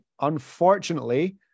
unfortunately